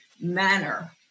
manner